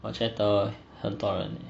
我觉得很多人